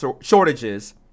shortages